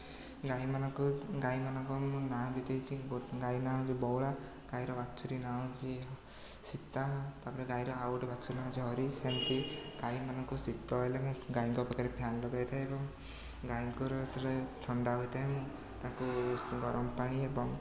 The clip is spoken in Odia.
ଗାଈମାନଙ୍କୁ ଗାଈମାନଙ୍କର ମୁଁ ନାଁ ବି ଦେଇଛି ଗୋଟିଏ ଗାଈ ନାଁ ହେଉଛି ବଉଳା ଗାଈର ବାଛୁରୀ ନାଁ ହେଉଛି ସୀତା ତା'ପରେ ଗାଈର ଆଉ ଗୋଟେ ବାଛୁରୀ ନାଁ ହେଉଛି ହରି ସେମିତି ଗାଈମାନଙ୍କୁ ଶୀତ ହେଲେ ମୁଁ ଗାଈଙ୍କ ପାଖରେ ଫ୍ୟାନ୍ ଲଗେଇଥାଏ ଏବଂ ଗାଈଙ୍କର ଯେତେବେଳେ ଥଣ୍ଡା ହୋଇଥାଏ ମୁଁ ତାକୁ ଉଷୁମ ଗରମ ପାଣି ଏବଂ